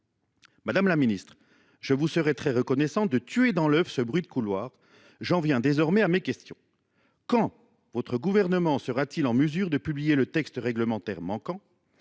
Madame la ministre, je vous serais très reconnaissant de tuer dans l’œuf ce bruit de couloir ! J’en viens désormais à mes questions. Quand votre gouvernement sera t il en mesure de publier le texte réglementaire manquant ?